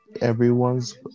Everyone's